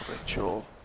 ritual